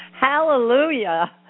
Hallelujah